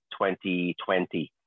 2020